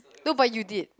look what you did